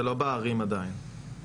זה לא בערים עדיין.